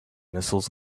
missiles